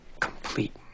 Complete